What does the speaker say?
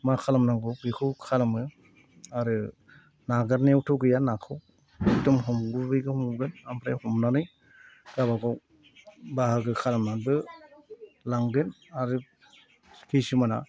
मा खालामनांगौ बेखौ खालामो आरो नागारनायावथ' गैया नाखौ एखदम हमगुबैगोन हमगोन ओमफ्राय हमनानै गावबागाव बाहागो खालामनानैबो लांगोन आरो खिसुमाना